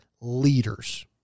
leaders